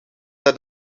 dat